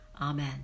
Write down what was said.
Amen